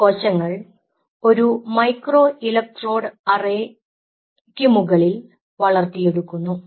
ഈ കോശങ്ങൾ ഒരു മൈക്രോ ഇലക്ട്രോഡ് അറേ ക്ക് മുകളിൽ വളർത്തിയെടുക്കുന്നു